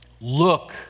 look